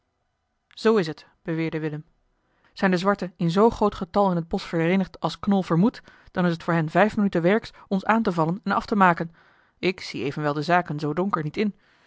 zoo is het beweerde willem zijn de zwarten in zoo groot aantal in het bosch vereenigd als knol vermoedt dan is het voor hen vijf minuten werks ons aan te vallen en af te maken ik zie evenwel de zaken zoo donker niet in